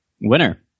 winner